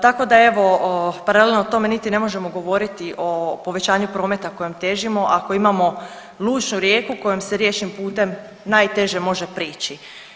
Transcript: Tako da evo, paralelno o tome niti ne možemo govoriti o povećanju prometa kojem težimo ako imamo lučnu rijeku kojim se riječnim putem najteže može prići.